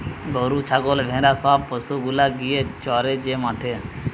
গরু ছাগল ভেড়া সব পশু গুলা গিয়ে চরে যে মাঠে